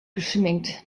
geschminkt